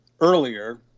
earlier